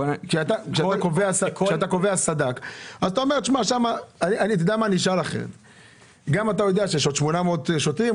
אתה יודע שיש עוד 800 שוטרים,